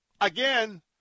Again